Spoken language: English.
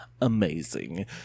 amazing